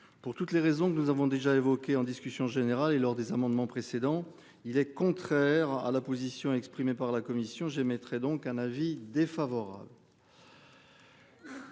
Pour toutes les raisons que nous avons déjà évoqué en discussion générale et lors des amendements précédents il est contraire à la position exprimée par la commission j'émettrai donc un avis défavorable.